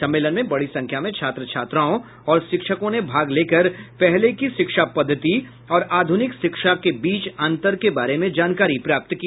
सम्मेलन में बड़ी संख्या में छात्र छात्राओं और शिक्षकों ने भाग लेकर पहले की शिक्षा पद्धति और आधुनिक शिक्षा के बीच अंतर के बारे में जानकारी प्राप्त की